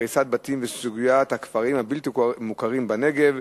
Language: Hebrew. בנושא: הריסת בתים וסוגיית הכפרים הבלתי-מוכרים בנגב,